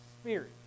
Spirit